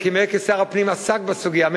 כי מאיר, כשר הפנים, עסק בסוגיה.